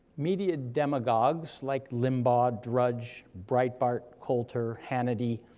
media demagogues like limbaugh, drudge, brietbart, coulter, hannity,